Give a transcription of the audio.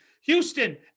Houston